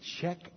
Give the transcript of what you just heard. check